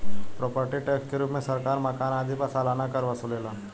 property tax के रूप में सरकार मकान आदि पर सालाना कर वसुलेला